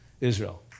Israel